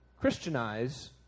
Christianize